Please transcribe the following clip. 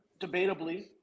debatably